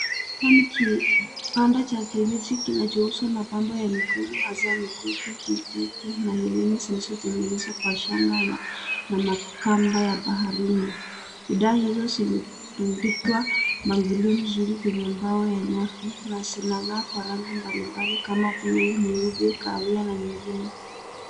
Hapa ni kibanda cha kienyeji kinachouza mapambo ya migumu hasa mikufi, mikuku na herufi zilizotengenezwa kwa shanga na makamba ya baharini. Bidhaa hizo zimetundikwa mpangilio mzuri kwenye mbao ya nyavu na zinangaa kwa rangi mbalimbali kama buluu, nyeupe, kahawia na nyingine.